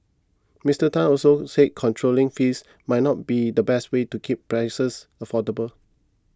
Mister Tan also said controlling fees might not be the best way to keep prices affordable